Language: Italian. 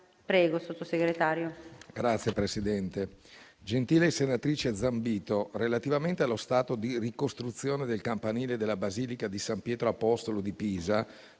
Stato per la cultura*. Signor Presidente, gentile senatrice Zambito, relativamente allo stato di ricostruzione del campanile della basilica di San Pietro Apostolo di Pisa,